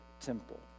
temple